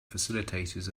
facilitators